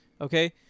Okay